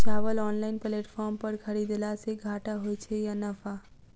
चावल online platform पर खरीदलासे घाटा होइ छै या नफा?